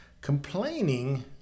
complaining